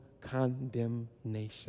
condemnation